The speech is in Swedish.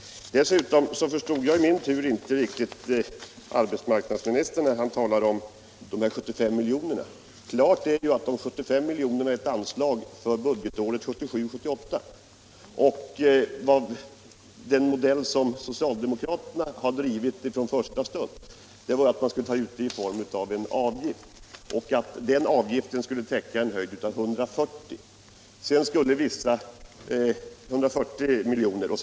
Jag i min tur förstod inte riktigt arbetsmarknadsministern, när han talade om de 75 miljonerna. Klart är att de 75 miljonerna är ett anslag för budgetåret 1977/78. Den modell som socialdemokraterna har drivit från första stund är att man skulle ta ut pengarna i form av en avgift. Den avgiften skulle täcka en höjd av 140 milj.kr.